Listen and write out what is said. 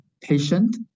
patient